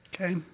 Okay